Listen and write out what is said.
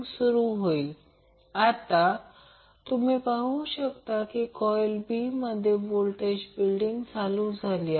जर RL निश्चित धरले गेले तर याचा अर्थ समीकरण 1 vg 2 RLR g RL 2 होईल हे समीकरण 2 आहे